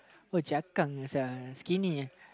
uh skinny uh